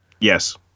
Yes